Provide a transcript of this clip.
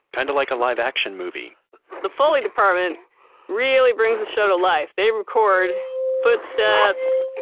kind of like a live action movie the foley department really brings the show to life. they record footsteps,